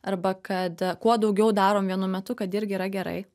arba kad kuo daugiau darom vienu metu kad irgi yra gerai